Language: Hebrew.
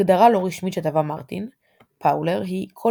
הגדרה לא רשמית שטבע מרטין פאולר היא כל